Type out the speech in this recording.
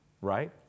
right